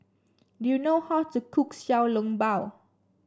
do you know how to cook Xiao Long Bao